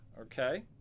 okay